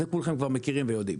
זה כולכם כבר מכירים ויודעים.